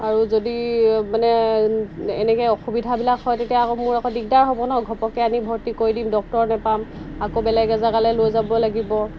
আৰু যদি মানে এনেকৈ অসুবিধাবিলাক হয় তেতিয়া আকৌ মোৰ আকৌ দিগদাৰ হ'ব ন ঘপককৈ আনি ভৰ্তি কৰি দিম ডক্টৰ নাপাম আকৌ বেলেগ এজেগালৈ লৈ যাব লাগিব